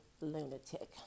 lunatic